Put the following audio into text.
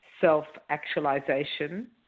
self-actualization